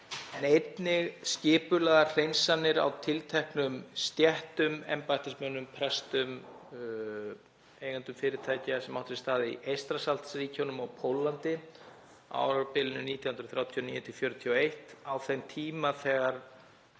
en einnig skipulagðar hreinsanir á tilteknum stéttum, embættismönnum, prestum, eigendum fyrirtækja, sem áttu sér stað í Eystrasaltsríkjunum og Póllandi á árabilinu 1939–1941 á þeim tíma þegar